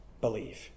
believe